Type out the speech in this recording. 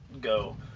go